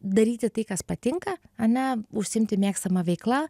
daryti tai kas patinka ane užsiimti mėgstama veikla